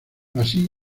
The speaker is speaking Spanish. así